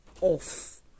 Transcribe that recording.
off